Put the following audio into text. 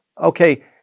Okay